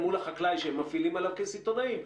מול החקלאי שהם מפעילים עליו כסיטונאים,